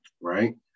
Right